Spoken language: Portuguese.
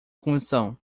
convenção